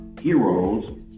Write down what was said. heroes